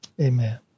Amen